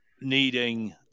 needing